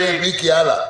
מיקי, הלאה.